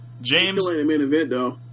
James